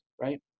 right